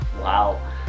Wow